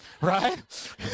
Right